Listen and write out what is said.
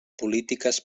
polítiques